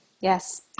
Yes